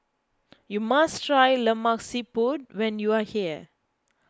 you must try Lemak Siput when you are here